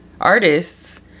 artists